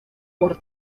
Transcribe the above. por